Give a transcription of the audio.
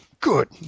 Good